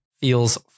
feels